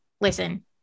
listen